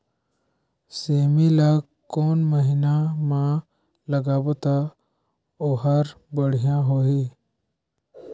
सेमी ला कोन महीना मा लगाबो ता ओहार बढ़िया होही?